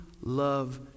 love